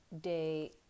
day